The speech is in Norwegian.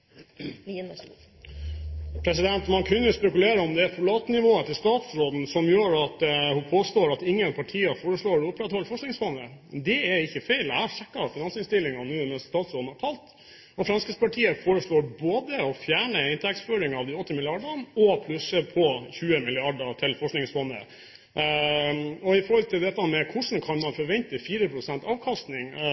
folatnivået til statsråden som gjør at hun påstår at ingen partier foreslår å opprettholde Forskningsfondet. Det er feil, jeg har sjekket finansinnstillingen nå mens statsråden har talt. Fremskrittspartiet foreslår både å fjerne inntektsføringen av 80 mrd. kr og å plusse på 20 mrd. kr til Forskningsfondet. Spørsmålet om hvordan man kan forvente 4 pst. avkastning – et spørsmål som flere av de rød-grønne har stilt – tenker jeg man